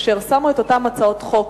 ושמו את אותן הצעות חוק